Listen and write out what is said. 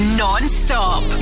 non-stop